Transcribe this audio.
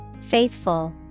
Faithful